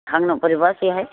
आंनाव बोरैबासोहाय